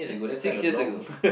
eh six years ago